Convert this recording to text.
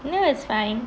no it's fine